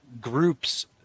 groups